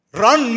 Run